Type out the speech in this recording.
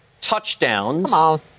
touchdowns